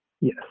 Yes